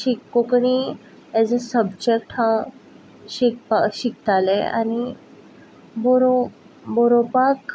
शीक Konkani as a subject हांव शीक शिकतालें आनी बोरंक बोरोवपाक